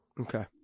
Okay